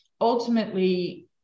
ultimately